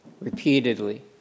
repeatedly